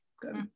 Good